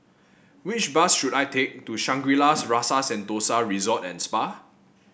which bus should I take to Shangri La's Rasa Sentosa Resort and Spa